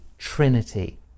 Trinity